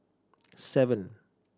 seven